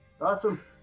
awesome